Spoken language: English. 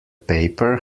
paper